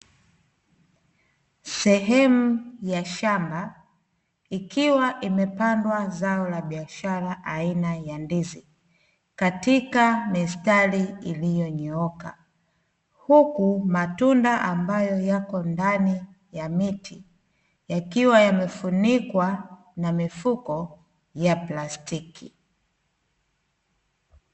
Sehemu ya shamba, ikiwa imepandwa zao la biashara aina ya ndizi katika mistari iliyonyooka, huku matunda ambayo yako ndani ya miti yakiwa yamefunikwa na mifuko ya plastiki.